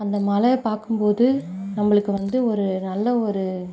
அந்த மலையை பார்க்கும் போது நம்பளுக்கு வந்து ஒரு நல்ல ஒரு